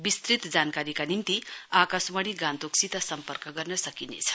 विस्तृत जानकारीका निम्ति आकाशवाणी गान्तोकसित सम्पर्क गर्न सकिनेछ